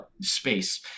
space